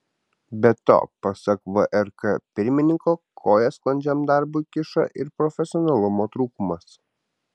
be to pasak vrk pirmininko koją sklandžiam darbui kiša ir profesionalumo trūkumas